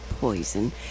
Poison